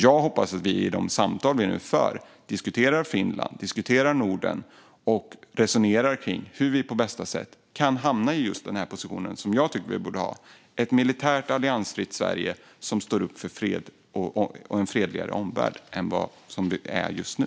Jag hoppas att vi i de samtal som vi nu kommer att föra diskuterar Finland och Norden och resonerar kring hur vi på bästa sätt kan hamna i den position som jag tycker att vi borde ha, det vill säga ett militärt alliansfritt Sverige som står upp för fred och en fredligare omvärld än den vi har just nu.